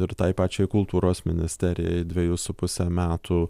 ir tai pačiai kultūros ministerijai dvejų su puse metų